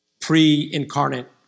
pre-incarnate